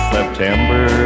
September